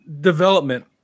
development